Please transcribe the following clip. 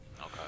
Okay